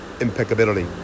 Impeccability